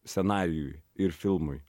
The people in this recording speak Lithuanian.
scenarijui ir filmui